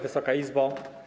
Wysoka Izbo!